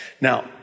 Now